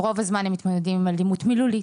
ורוב הזמן הן מתמודדות על אלימות מילולית,